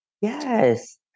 Yes